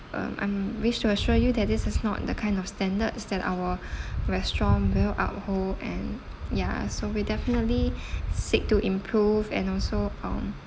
um I'm wish to assure you that this is not the kind of standards that our restaurant will uphold and ya so we definitely seek to improve and also um